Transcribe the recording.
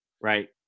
right